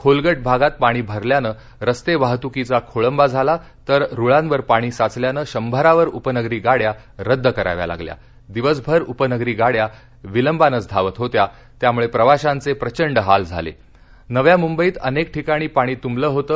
खोलगट भागात पाणी भरल्यानं रस्तविहतुकीचा खोळंबा झाला तर रुळांवर पाणी साचल्यानं शंभरावर उपनगरी गाड्या रद्द कराव्या लागल्या दिवसभर उपनगरी गाड्या विलंबानंच धावत होत्या त्यामुळप्रिवाशांच प्रियंड हाल झालाजव्या मुंबईत अनक्विठिकाणी पाणी तुंबलं होतं